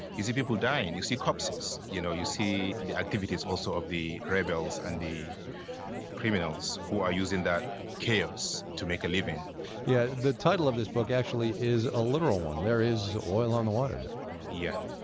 you see people dying. you see corpses. you know you see the activities also of the rivals and the criminals who are using that chaos to make a living yeah, the title of this book actually is a literal one. there is oil on the water there yeah,